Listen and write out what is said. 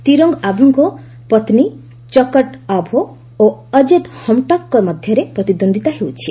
ତିରଙ୍ଗ୍ ଆଭୋଙ୍କ ପତ୍ନୀ ଚକଟ୍ ଆଭୋ ଓ ଅକ୍ଷେତ୍ ହମ୍ଟକ୍ଙ୍କ ମଧ୍ୟରେ ପ୍ରତିଦ୍ୱନ୍ଦିତା ହେଉଛି